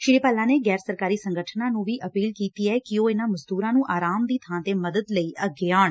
ਸ੍ੀ ਭੱਲਾ ਨੇ ਗੈਰ ਸਰਕਾਰੀ ਸੰਗਠਨਾਂ ਨੂੰ ਵੀ ਅਪੀਲ ਕੀਤੀ ਐ ਕਿ ਉਹ ਇਨਾਂ ਮਜ਼ਦੁਰਾਂ ਨੁੰ ਆਰਾਮ ਦੀ ਬਾਂ ਤੇ ਮਦਦ ਲਈ ਅੱਗੇ ਆਉਣ